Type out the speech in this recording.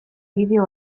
bideo